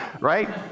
Right